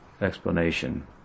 explanation